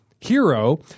hero